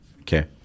Okay